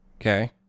Okay